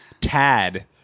Tad